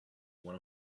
one